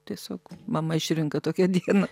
tiesiog mama išrinka tokią dieną